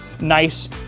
nice